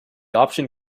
option